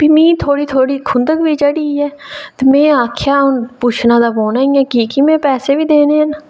ते मिगी थोह्ड़ी थोह्ड़ी खुंदक बी चढ़ी ऐ ते में आखेआ कि हून पुच्छना ते पौना ऐ की के में पैसे बी देने न